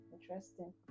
interesting